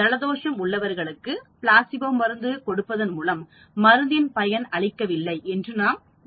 ஜல தோஷம் உள்ளவருக்கு பிளாசிபோ மருந்து கொடுப்பதன் மூலம் மருந்தின் பயன் அளிக்கவில்லை என்று கூறமுடியாது